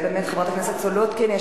חברת הכנסת סולודקין, בבקשה.